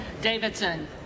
Davidson